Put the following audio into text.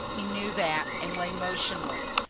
he knew that and lay motionless,